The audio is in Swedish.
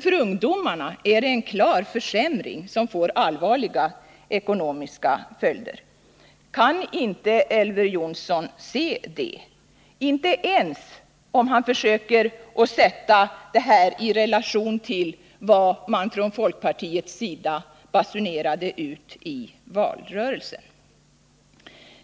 För ungdomarna är det en klar försämring, som får allvarliga ekonomiska följder. Kan Elver Jonsson inte se detta ens om han försöker sätta det i relation till vad man från folkpartiets sida basunerade ut i valrörelsen?